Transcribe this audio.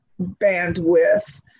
bandwidth